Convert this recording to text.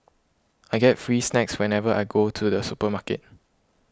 I get free snacks whenever I go to the supermarket